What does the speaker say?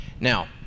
Now